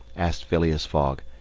asked phileas fogg,